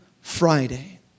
Friday